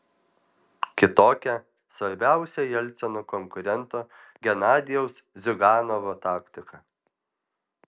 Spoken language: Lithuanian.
kitokia svarbiausio jelcino konkurento genadijaus ziuganovo taktika